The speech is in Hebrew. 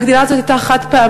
ההגדלה הזאת הייתה חד-פעמית,